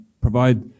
provide